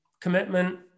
commitment